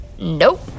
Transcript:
Nope